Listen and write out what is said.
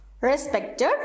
Respected